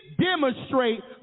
demonstrate